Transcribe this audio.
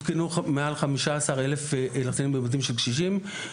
הותקנו מעל 15 אלף לחצנים בבתים של קשישים.